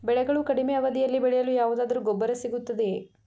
ಬೆಳೆಗಳು ಕಡಿಮೆ ಅವಧಿಯಲ್ಲಿ ಬೆಳೆಯಲು ಯಾವುದಾದರು ಗೊಬ್ಬರ ಸಿಗುತ್ತದೆಯೇ?